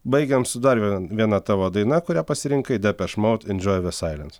baigiam su dar vie viena tavo daina kurią pasirinkai depeche mode enjoy the silence